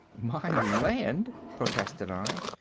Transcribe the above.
my land! protested i.